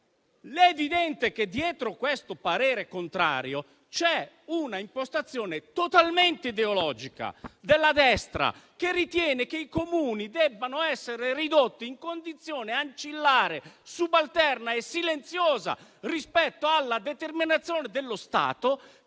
È evidente che dietro questo parere contrario c'è un'impostazione totalmente ideologica della destra, che ritiene che i Comuni debbano essere ridotti in condizione ancillare, subalterna e silenziosa rispetto alla determinazione dello Stato